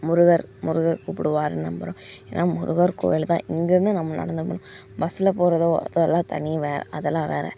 முருகர் முருகர் கூப்பிடுவாருன் நம்புகிறோம் ஏன்னால் முருகர் கோயில் தான் இங்கே இருந்து நம்ம நடந்து போனால் பஸ்ஸில் போகிறதோ அதெல்லாம் தனி வேன் அதெல்லாம் வேறு